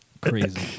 Crazy